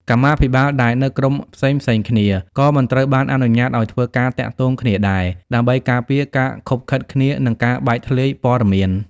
កម្មាភិបាលដែលនៅក្រុមផ្សេងៗគ្នាក៏មិនត្រូវបានអនុញ្ញាតឱ្យធ្វើការទាក់ទងគ្នាដែរ ដើម្បីការពារការឃុបឃិតគ្នា និងការបែកធ្លាយព័ត៌មាន។